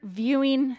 viewing